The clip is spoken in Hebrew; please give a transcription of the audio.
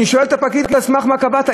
אני שואל את הפקיד: על סמך מה קבעת?